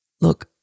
look